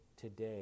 today